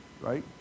right